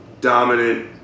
dominant